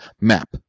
map